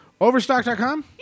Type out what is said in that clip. Overstock.com